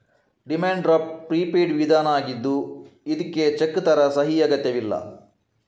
demand draft prepaid ವಿಧಾನ ಆಗಿದ್ದು ಇದ್ಕೆ ಚೆಕ್ ತರ ಸಹಿ ಅಗತ್ಯವಿಲ್ಲ